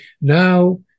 Now